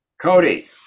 Cody